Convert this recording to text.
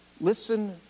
Listen